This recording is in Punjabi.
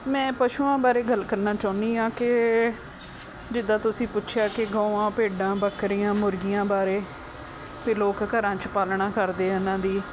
ਮੈਂ ਪਸ਼ੂਆਂ ਬਾਰੇ ਗੱਲ ਕਰਨਾ ਚਾਹੁੰਦੀ ਹਾਂ ਕਿ ਜਿੱਦਾਂ ਤੁਸੀਂ ਪੁੱਛਿਆ ਕਿ ਗਊਆਂ ਭੇਡਾਂ ਬੱਕਰੀਆਂ ਮੁਰਗੀਆਂ ਬਾਰੇ ਅਤੇ ਲੋਕ ਘਰਾਂ 'ਚ ਪਾਲਣਾ ਕਰਦੇ ਇਹਨਾਂ ਦੀ